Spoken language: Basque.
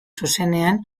zuzenean